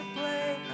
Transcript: play